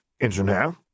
engineer